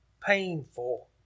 painful